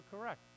correct